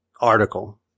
article